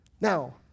Now